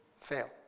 fail